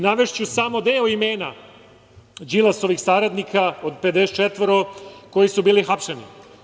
Navešću samo deo imena Đilasovih saradnika od 54 koji su bili hapšeni.